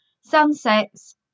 Sunsets